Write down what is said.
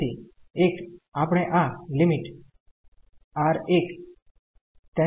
તેથી એક આપણે આ લઈશું